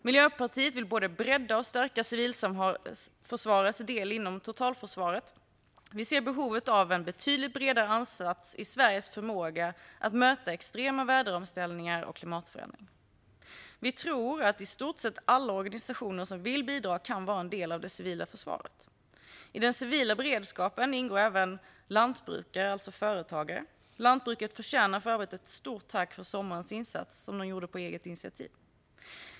Miljöpartiet vill både bredda och stärka civilförsvarets del inom totalförsvaret. Vi ser behovet av en betydligt bredare ansats i Sveriges förmåga att möta extrema väderomställningar och klimatförändringar. Vi tror att i stort sett alla organisationer som vill bidra kan vara en del av det civila försvaret. I den civila beredskapen ingår även lantbrukare, alltså företagare. Lantbruket förtjänar för övrigt ett stort tack för sommarens insatser, som det gjorde på eget initiativ.